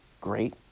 great